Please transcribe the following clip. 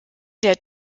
der